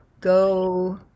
go